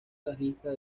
bajista